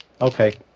Okay